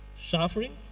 suffering